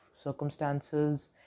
circumstances